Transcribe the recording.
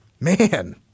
Man